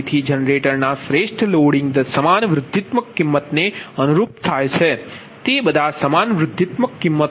તેથી જનરેટરના શ્રેષ્ઠ લોડિંગ સમાન વૃદ્ધિત્મક કિંમતને અનુરૂપ થાય છે તે બધા સમાન વૃદ્ધિત્મક કિંમત છે